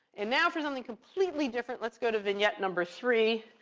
and now for something completely different. let's go to vignette number three,